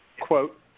quote